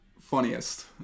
Funniest